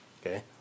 Okay